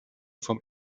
vom